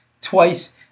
twice